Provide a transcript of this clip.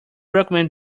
recommend